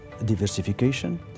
diversification